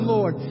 Lord